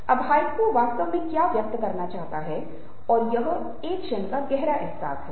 अब हाइकु वास्तव में क्या व्यक्त करना चाहता है यह एक क्षण का गहरा अहसास है